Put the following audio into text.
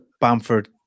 Bamford